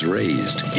raised